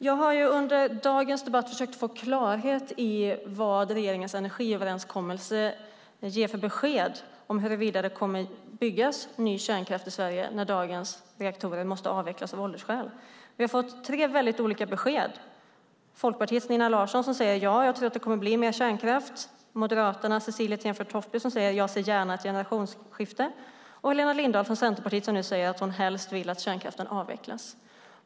Jag har under dagens debatt försökt få klarhet i vad regeringens energiöverenskommelse ger för besked om huruvida det kommer att byggas ny kärnkraft i Sverige när dagens reaktorer av åldersskäl måste avvecklas. Vi har fått tre helt olika besked. Folkpartiets Nina Larsson säger att hon tror att det kommer att bli mer kärnkraft, Moderaternas Cecilie Tenfjord-Toftby säger att hon gärna ser ett generationsskifte och Centerpartiets Helena Lindahl säger att hon helst vill att kärnkraften avvecklas.